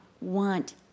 want